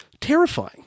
terrifying